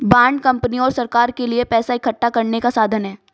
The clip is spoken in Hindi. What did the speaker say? बांड कंपनी और सरकार के लिए पैसा इकठ्ठा करने का साधन है